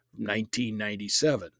1997